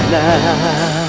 now